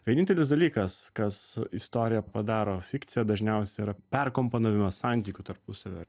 vienintelis dalykas kas istoriją padaro fikcija dažniausiai yra perkompanavimas santykių tarpusavio